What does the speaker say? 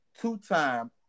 two-time